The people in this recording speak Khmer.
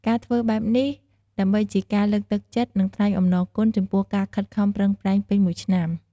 ការធ្វើបែបនេះដើម្បីជាការលើកទឹកចិត្ត និងថ្លែងអំណរគុណចំពោះការខិតខំប្រឹងប្រែងពេញមួយឆ្នាំ។